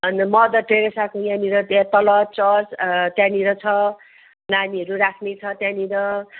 अन्त मदर टेरेसाको यहाँनिर त्यहाँ तल चर्च त्यहाँनिर छ नानीहरू राख्ने छ त्यहाँनिर